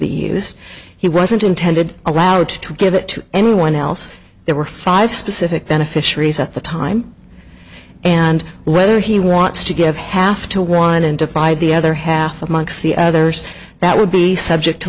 be used he wasn't intended allowed to give it to anyone else there were five specific beneficiaries at the time and whether he wants to give half to one and divide the other half of months the others that would be subject to